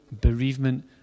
bereavement